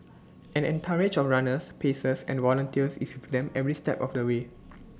an entourage of runners pacers and volunteers is with them every step of the way